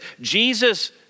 Jesus